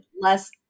less